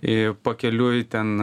i pakeliui ten